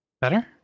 Better